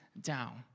down